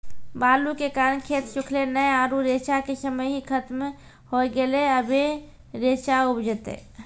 बालू के कारण खेत सुखले नेय आरु रेचा के समय ही खत्म होय गेलै, अबे रेचा उपजते?